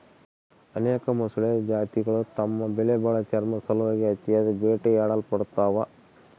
ಅನೇಕ ಮೊಸಳೆ ಜಾತಿಗುಳು ತಮ್ಮ ಬೆಲೆಬಾಳೋ ಚರ್ಮುದ್ ಸಲುವಾಗಿ ಅತಿಯಾಗಿ ಬೇಟೆಯಾಡಲ್ಪಡ್ತವ